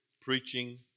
preaching